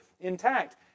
intact